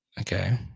Okay